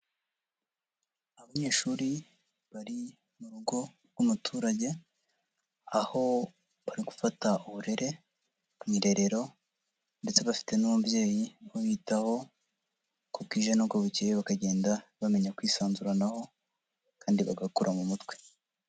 Abanyeshuri bari mu rugo rw'umuturage, aho bari gufata uburere, mu irerero, ndetse bafite n'umubyeyi babitaho, uko bwije n'uko bukeye bakagenda, bamenya kwisanzuranaho kandi bagakura mu mutwe.